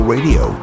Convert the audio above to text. Radio